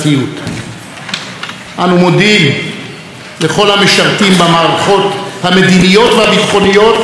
אנו מודים לכל המשרתים במערכות המדיניות והביטחונית ולמקבלי ההחלטות.